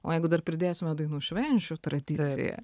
o jeigu dar pridėsime dainų švenčių tradiciją